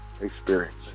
experience